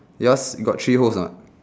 yours got three holes or not